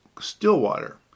Stillwater